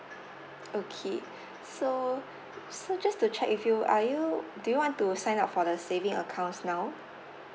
okay so so just to check if you are you do you want to sign up for the saving accounts now